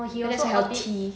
he so healthy